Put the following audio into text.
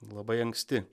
labai anksti